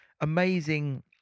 amazing